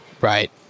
Right